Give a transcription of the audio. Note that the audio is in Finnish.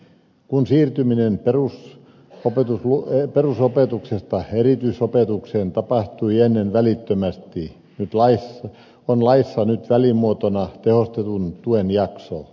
kun siirtyminen perusopetuksesta erityisopetukseen tapahtui ennen välittömästi on laissa nyt välimuotona tehostetun tuen jakso